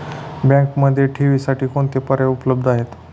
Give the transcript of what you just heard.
बँकेमध्ये ठेवींसाठी कोणते पर्याय उपलब्ध आहेत?